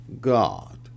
God